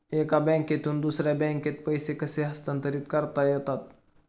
एका बँकेतून दुसऱ्या बँकेत पैसे कसे हस्तांतरित करता येतात?